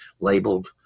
labeled